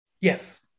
Yes